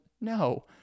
no